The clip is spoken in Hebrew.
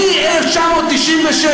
מ-1996,